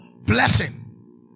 Blessing